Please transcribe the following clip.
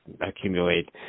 accumulate